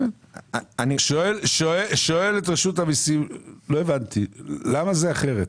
אני שואל את רשות המיסים למה זה אחרת.